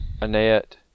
annette